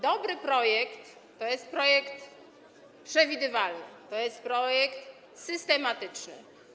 Dobry projekt to jest projekt przewidywalny, to jest projekt systematyczny.